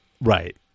Right